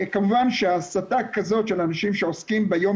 כמובן שהסטה כזאת של אנשים שעוסקים ביום